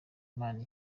imana